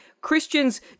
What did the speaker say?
Christians